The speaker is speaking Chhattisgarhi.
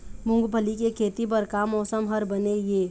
मूंगफली के खेती बर का मौसम हर बने ये?